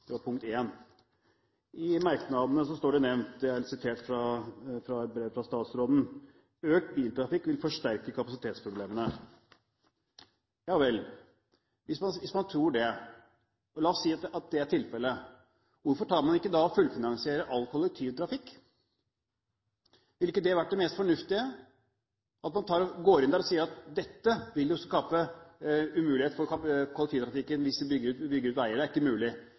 var punkt 1. I merknadene er det sitert fra et brev fra statsråden: «Økt biltrafikk vil forsterke kapasitetsproblemene.» Ja vel. Hvis man tror det – la oss si at det er tilfellet: Hvorfor fullfinansierer man ikke da all kollektivtrafikk? Ville ikke det vært det mest fornuftige? Man sier at det vil bli umulig for kollektivtrafikken hvis vi bygger ut veier – det er ikke mulig.